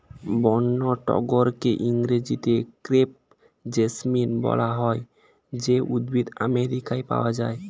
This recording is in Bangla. বন্য টগরকে ইংরেজিতে ক্রেপ জেসমিন বলা হয় যে উদ্ভিদ আমেরিকায় পাওয়া যায়